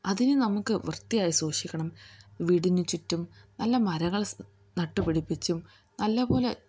അതിനെ നമുക്ക് വൃത്തിയായി സൂക്ഷിക്കണം വീടിന് ചുറ്റും നല്ല മരങ്ങൾ സ് നട്ടുപിടിപ്പിച്ചും നല്ലത് പോലെ